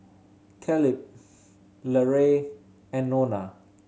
Kaleb Larae and Nona